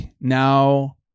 now